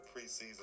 preseason